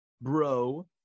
bro